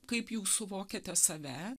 kaip jūs suvokiate save